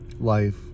life